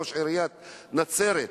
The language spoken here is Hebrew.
ראש עיריית נצרת,